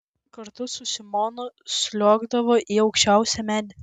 kartu su simonu sliuogdavo į aukščiausią medį